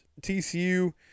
TCU